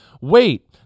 wait